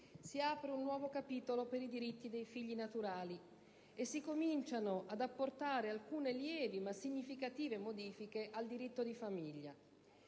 si apre un nuovo capitolo per i diritti dei figli naturali e si cominciano ad apportare alcune lievi ma significative modifiche al diritto di famiglia.